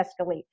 escalate